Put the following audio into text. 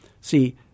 See